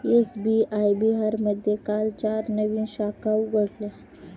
SBI बिहारमध्ये काल चार नवीन शाखा उघडल्या